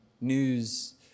news